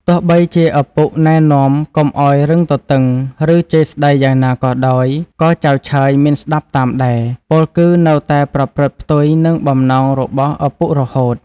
ទោះបីជាឪពុកណែនាំកុំឱ្យរឹងទទឹង ឬជេរស្តីយ៉ាងណាក៏ដោយ ក៏ចៅឆើយ មិនស្តាប់តាមដែរ ពោលគឺនៅតែប្រព្រឹត្តផ្ទុយនឹងបំណងរបស់ឪពុករហូត ។